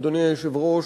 אדוני היושב-ראש,